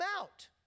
out